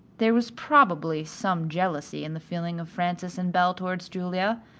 there was probably some jealousy in the feeling of frances and belle toward julia,